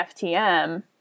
FTM